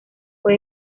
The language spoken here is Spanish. fue